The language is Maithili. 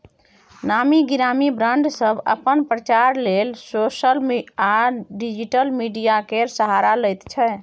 नामी गिरामी ब्राँड सब अपन प्रचार लेल सोशल आ डिजिटल मीडिया केर सहारा लैत छै